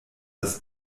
das